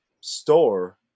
store